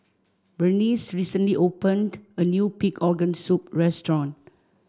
Berneice recently opened a new pig organ soup restaurant